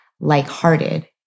like-hearted